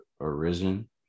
arisen